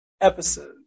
episode